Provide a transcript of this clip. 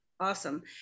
Awesome